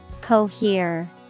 Cohere